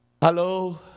hello